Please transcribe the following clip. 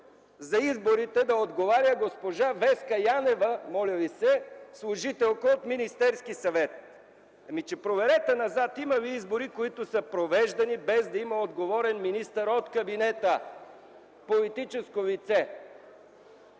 определили да отговаря госпожа Веска Янева – служителка от Министерския съвет. Ами проверете назад дали има избори, които са провеждани, без да има отговорен министър от кабинета, политическо лице!